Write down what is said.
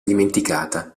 dimenticata